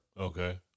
Okay